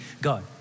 God